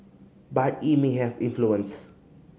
but it may have influence